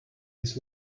his